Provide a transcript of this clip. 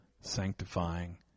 sanctifying